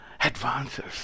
advances